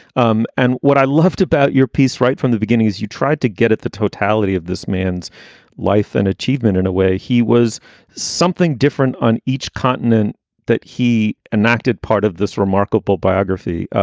um and what i loved about your piece right from the beginning is you tried to get at the totality of this man's life and achievement. in a way, he was something different on each continent that he enacted part of this remarkable biography.